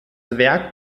werk